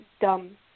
Dumb